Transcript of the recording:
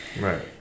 Right